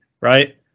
right